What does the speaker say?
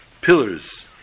pillars